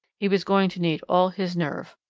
he was going to need all his nerve.